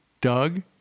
Doug